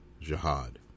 jihad